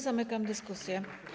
Zamykam dyskusję.